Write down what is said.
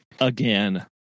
Again